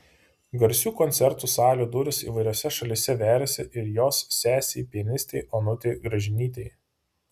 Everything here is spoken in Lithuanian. garsių koncertų salių durys įvairiose šalyse veriasi ir jos sesei pianistei onutei gražinytei